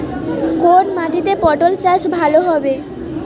কোন মাটিতে পটল চাষ ভালো হবে?